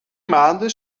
maanden